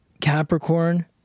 Capricorn